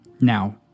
Now